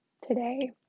today